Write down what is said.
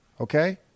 Okay